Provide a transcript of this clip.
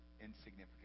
insignificant